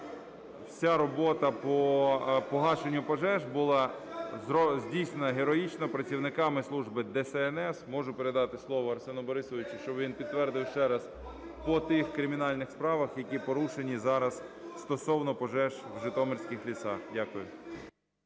Вся робота по погашенню пожеж була здійснена героїчно працівниками служби ДСНС. Можу передати слово Арсену Борисовичу, щоб він підтвердив ще раз по тих кримінальних справах, які порушені зараз стосовно пожер в житомирських лісах. (Шум